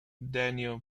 daniel